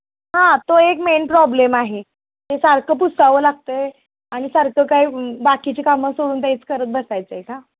हां तो एक मेन प्रॉब्लेम आहे ते सारखं पुसावं लागतं आहे आणि सारखं काय बाकीची कामं सोडून तेच करत बसायचं आहे का